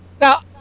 Now